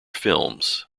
films